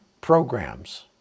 programs